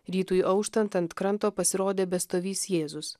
rytui auštant ant kranto pasirodė bestovįs jėzus